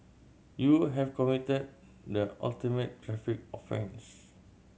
you have committed the ultimate traffic offence